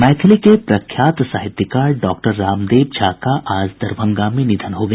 मैथिली के प्रख्यात साहित्यकार डॉक्टर रामदेव झा का आज दरभंगा में निधन हो गया